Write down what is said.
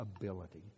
ability